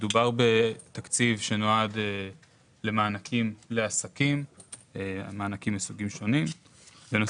הפנייה התקציבית נועדה לתקצוב סך של 16,500 אלפי ₪